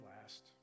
last